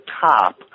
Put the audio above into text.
top